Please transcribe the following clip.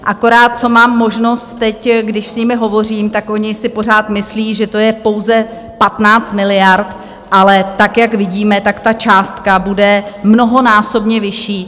Akorát co mám možnost teď, když s nimi hovořím, oni si pořád myslí, že to je pouze 15 miliard, ale tak, jak vidíme, ta částka bude mnohonásobně vyšší.